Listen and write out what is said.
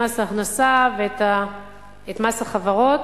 את מס ההכנסה ואת מס החברות,